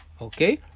Okay